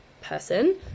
person